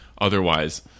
otherwise